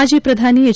ಮಾಜಿ ಪ್ರಧಾನಿ ಎಚ್